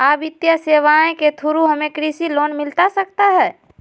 आ वित्तीय सेवाएं के थ्रू हमें कृषि लोन मिलता सकता है?